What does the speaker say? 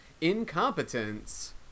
incompetence